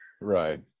right